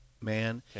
man